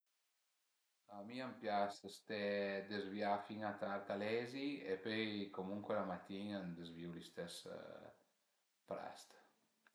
A mi a m'pias ste dezvià fin a tard a lezi e pöi comuncue la matin a m'dezvìu l'istes prest